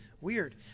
Weird